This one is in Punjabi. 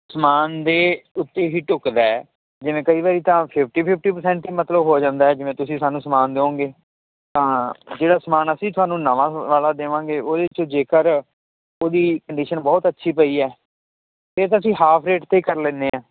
ਸਮਾਨ ਦੇ ਉੱਤੇ ਹੀ ਢੁੱਕਦਾ ਐ ਜਿਵੇਂ ਕਈ ਵਾਰੀ ਤਾਂ ਫਿਫਟੀ ਫਿਫਟੀ ਪਰਸੈਂਟ ਮਤਲਬ ਹੋ ਜਾਂਦਾ ਐ ਜਿਵੇਂ ਤੁਸੀਂ ਸਾਨੂੰ ਸਮਾਨ ਦਿਓਗੇ ਤਾਂ ਜਿਹੜਾ ਸਮਾਨ ਅਸੀਂ ਤੁਹਾਨੂੰ ਨਵਾਂ ਵਾਲਾ ਦੇਵਾਂਗੇ ਉਹਦੇ ਚ ਜੇਕਰ ਉਹਦੀ ਕੰਡੀਸ਼ਨ ਬਹੁਤ ਅੱਛੀ ਪਈ ਐ ਫੇਰ ਤਾਂ ਅਸੀਂ ਹਾਫ ਰੇਟ ਤੇ ਕਰ ਲੈਨੇ ਆਂ